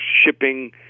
shipping